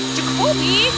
Jacoby